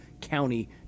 county